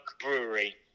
Brewery